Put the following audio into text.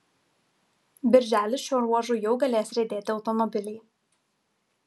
birželį šiuo ruožu jau galės riedėti automobiliai